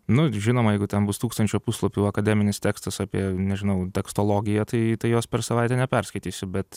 nu žinoma jeigu ten bus tūkstančio puslapių akademinis tekstas apie nežinau tekstologiją tai tai jos per savaitę neperskaitysiu bet